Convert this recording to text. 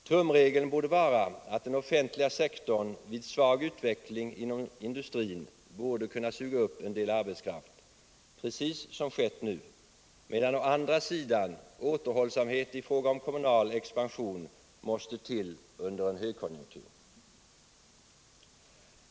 Tumregeln borde vara att den offentliga sektorn å ena sidan vid svag utveckling inom industrin skall kunna suga upp en del arbetskraft, precis som skett nu, medan å andra sidan återhållsamhet i fråga om kommunal expansion måste till under en högkonjunktur.